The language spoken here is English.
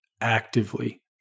actively